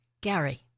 Gary